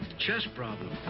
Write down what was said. chess problem.